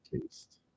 taste